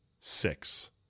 six